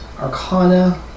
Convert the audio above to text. arcana